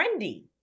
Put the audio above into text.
trendy